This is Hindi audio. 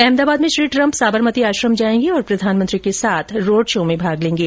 अहमदाबाद में श्री ट्रम्प साबरमती आश्रम जायेंगे और प्रधानमंत्री के साथ रोड शो में भाग लेंगे